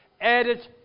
added